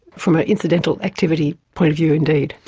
from an incidental activity point of view, indeed.